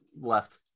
left